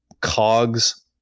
cogs